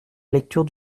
lecture